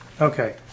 Okay